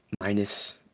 minus